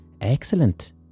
excellent